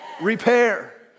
repair